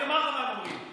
אני אומר לך מה הם אומרים.